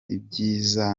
ibyiza